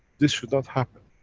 this should not happen.